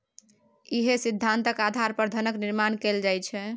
इएह सिद्धान्तक आधार पर धनक निर्माण कैल जाइत छै